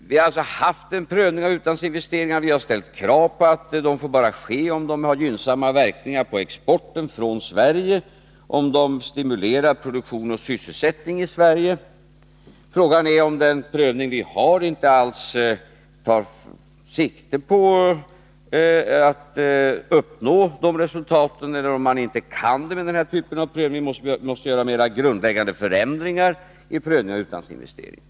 Vi har alltså haft en prövning av utlandsinvesteringarna där vi har ställt krav på att de får ske bara om de har gynnsamma verkningar på exporten från Sverige och om de stimulerar produktion och sysselsättning i Sverige. Frågan är om den prövning vi har inte alls tar sikte på att uppnå de resultaten eller om man inte kan nå dem med den här typen av prövning. Vi kanske måste göra mer grundläggande förändringar i prövningen av utlandsinvesteringar.